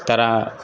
তারা